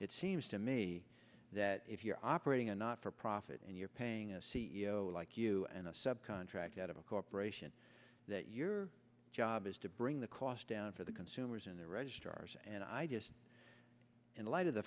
it seems to me that if you're operating a not for profit and you're paying a c e o like you and a subcontract out of a corporation that your job is to bring the cost down for the consumers in the registrar's and ideas in light of the